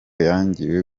yangiwe